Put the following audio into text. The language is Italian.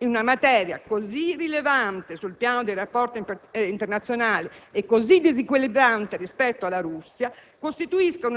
in una materia così rilevante sul piano dei rapporti internazionali e così disequilibrante rispetto alla Russia, costituisca